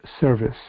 service